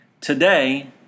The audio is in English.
Today